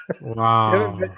Wow